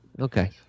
Okay